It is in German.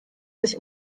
sich